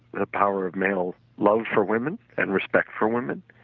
the power of male loves for woman and respect for woman.